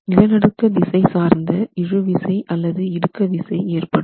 நிலநடுக்க திசை சார்ந்து இழுவிசை அல்லது இறுக்க விசை ஏற்படும்